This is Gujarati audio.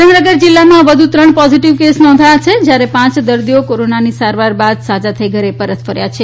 સુરેન્દ્રનગર જિલ્લામાં વધુ ત્રણ પોઝીટીવ કેસ નોંધાયા છે જ્યારે પાંચ દર્દીઓ કોરોનાની સારવાર બાદ સાજા થઇ ઘરે પરત ફર્યા છે